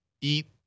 eat